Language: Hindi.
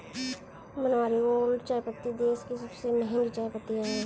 मनोहारी गोल्ड चायपत्ती देश की सबसे महंगी चायपत्ती है